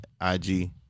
IG